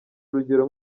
urugero